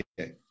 Okay